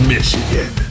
Michigan